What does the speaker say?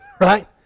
right